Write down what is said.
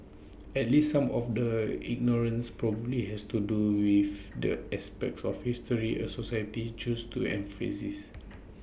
at least some of the ignorance probably has to do with the aspects of history A society chooses to emphasise